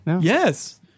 Yes